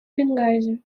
бенгази